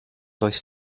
does